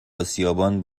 اسیابان